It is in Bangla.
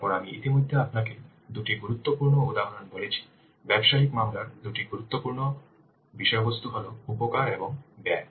তারপর আমি ইতিমধ্যে আপনাকে দুটি গুরুত্বপূর্ণ উপাদান বলেছি ব্যবসায়িক মামলার দুটি গুরুত্বপূর্ণ বিষয়বস্তু হল উপকার এবং ব্যয়